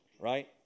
right